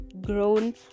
grown